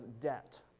debt